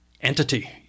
entity